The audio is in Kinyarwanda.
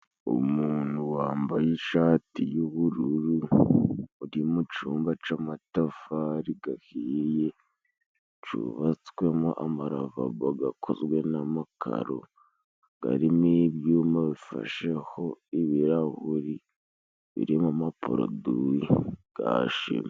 Umuntu wambaye ishati y'ubururu, uri mu cumba c'amatafari gahiye, cubatswemo amaravabo gakozwe n'amakaro, garimo ibyuma bifasheho ibirahuri birimo amaporoduwi ga shimi.